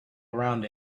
around